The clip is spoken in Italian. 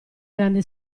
grande